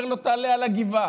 ואומר לו: תעלה על הגבעה.